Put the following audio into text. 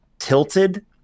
tilted